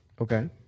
okay